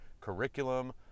curriculum